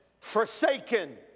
forsaken